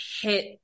hit